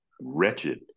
wretched